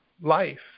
life